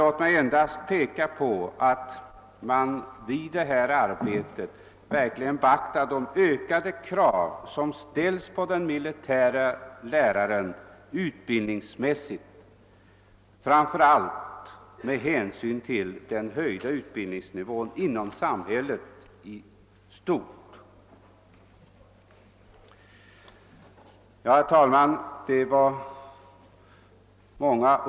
Låt mig endast peka på angelägenheten av att man vid detta arbete verkligen beaktar de ökade krav som ställs på den militäre läraren utbildningsmässigt, framför allt med hänsyn till den höjda utbildningsnivån inom samhället i stort. Mitt anförande blev ganska långt.